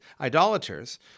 idolaters